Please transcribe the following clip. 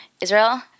Israel